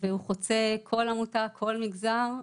והוא חוצה כל עמותה וכל מגזר,